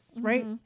right